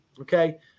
Okay